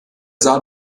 sah